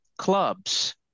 clubs